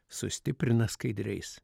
sustiprina skaidriais